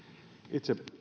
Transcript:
itse